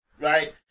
right